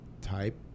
type